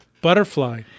Butterfly